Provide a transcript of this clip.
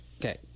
okay